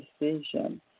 decision